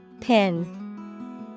Pin